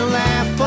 laugh